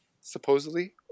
supposedly